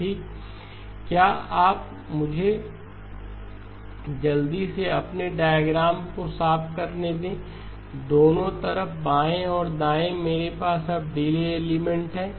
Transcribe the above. ठीक है मुझे जल्दी से अपने डायग्राम को साफ करने दें दोनों तरफ बाएं और दाएं मेरे पास अब डिले एलिमेंट हैं